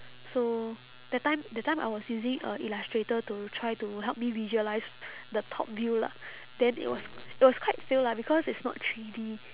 so that time that time I was using uh illustrator to try to help me visualise the top view lah then it was it was quite fail lah because it's not three D